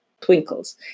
twinkles